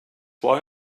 why